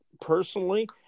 personally